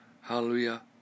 Hallelujah